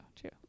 True